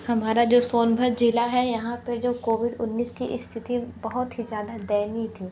हमारा जो सोनभद्र ज़िला है यहाँ पे जो कोविड उन्नीस की स्थिति बहुत ही ज़्यादा दयनीय थी